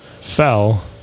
fell